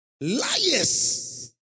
Liars